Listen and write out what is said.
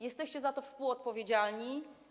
Jesteście za to współodpowiedzialni.